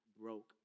broke